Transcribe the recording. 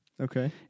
Okay